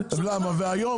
והיום